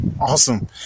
Awesome